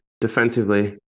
defensively